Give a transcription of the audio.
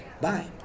Bye